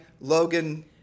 Logan